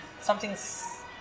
something's